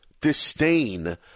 disdain